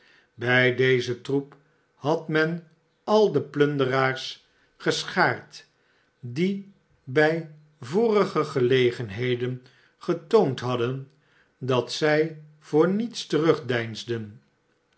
bij dezen troep had men al de plunderaars geschaard die bij vorige gelegenheden getoond hadden dat zij voor niets